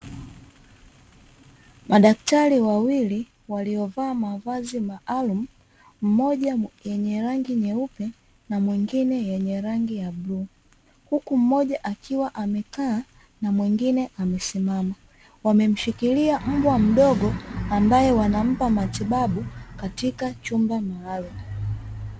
Madakitari wawili waliovaa mavazi maalumu mmoja yenye rangi nyeupe na mwingine yenye rangi ya bluu, huku mmoja akiwa amekaa na mwingine amesimama, wamemshikilia mbwa mdogo ambaye wanampa matibabu katika chumba maalumu.